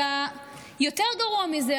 אלא יותר גרוע מזה,